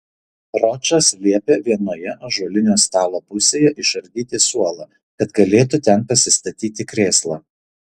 ročas liepė vienoje ąžuolinio stalo pusėje išardyti suolą kad galėtų ten pasistatyti krėslą